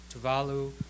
Tuvalu